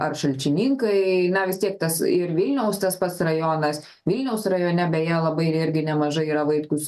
ar šalčininkai na vis tiek tas ir vilniaus tas pats rajonas vilniaus rajone beje labai ir irgi nemažai yra vaitkus